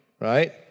right